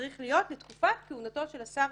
צריכות להיות לתקופת כהונתו של השר.